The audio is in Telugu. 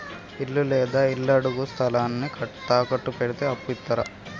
ఇల్లు లేదా ఇళ్లడుగు స్థలాన్ని తాకట్టు పెడితే అప్పు ఇత్తరా?